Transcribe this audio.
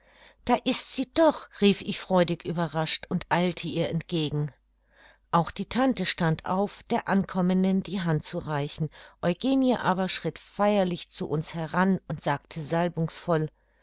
da ist sie doch rief ich freudig überrascht und eilte ihr entgegen auch die tante stand auf der ankommenden die hand zu reichen eugenie aber schritt feierlich zu uns heran und sagte salbungsvoll